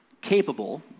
capable